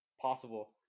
Possible